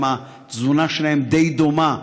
התזונה שלהן גם די דומה,